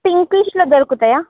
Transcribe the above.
పింకీష్లో దొరుకుతాయా